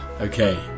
Okay